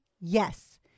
yes